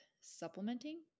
supplementing